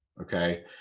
Okay